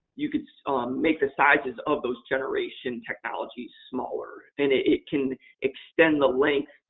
you could make the sizes of those generation technologies smaller and it can extend the length,